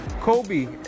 Kobe